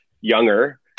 younger